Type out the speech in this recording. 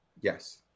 Yes